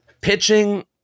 Pitching